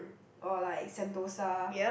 or like Sentosa